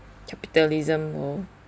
capitalism world